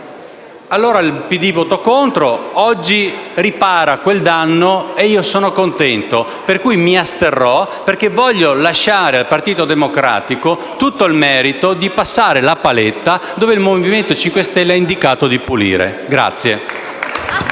Allora il PD votò contro, ma oggi ripara quel danno, e io ne sono contento. Pertanto mi asterrò, perché voglio lasciare al Partito Democratico tutto il merito di passare la paletta dove il Movimento 5 Stelle ha indicato di pulire.